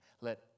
Let